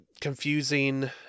confusing